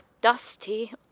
dusty